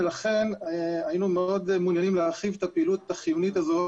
ולכן היינו מעוניינים מאוד להרחיב את הפעילות החיונית הזאת,